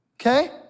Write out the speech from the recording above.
Okay